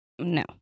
No